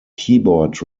keyboard